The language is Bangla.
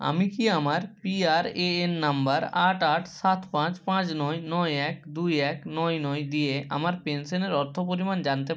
আমি কি আমার পিআরএএন নাম্বার আট আট সাত পাঁচ পাঁচ নয় নয় এক দুই এক নয় নয় দিয়ে আমার পেনশনের অর্থপরিমাণ জানতে